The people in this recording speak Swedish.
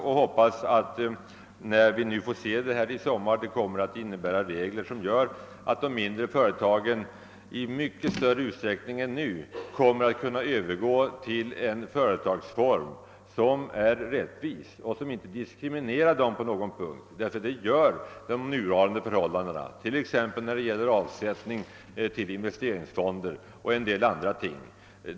Jag hoppas att det förslag som vi får se i sommar kommer att innehålla regler, som gör att de mindre företagen i mycket större utsträckning än nu kommer att kunna övergå till en för dem lämplig företagsform, regler som är rättvisa och inte diskriminerar dem på någon punkt. Det gör nämligen de nuvarande bestämmelserna, t.ex. när det gäller avsättning till investeringsfonder och en del andra ting.